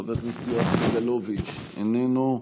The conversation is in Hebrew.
חבר הכנסת יואב סגלוביץ' איננו,